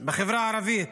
בחברה הערבית.